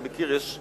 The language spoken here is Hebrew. אני מכיר.